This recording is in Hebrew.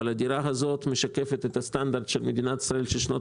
אבל הדירה הזו משקפת את הסטנדרט של מדינת ישראל בשנות